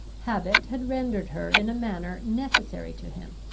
habit had rendered her in a manner necessary to him,